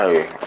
Hey